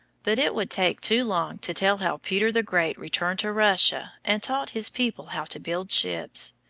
but it would take too long to tell how peter the great returned to russia and taught his people how to build ships,